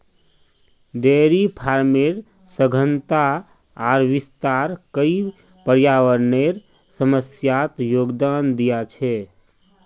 dairy फार्मेर सघनता आर विस्तार कई पर्यावरनेर समस्यात योगदान दिया छे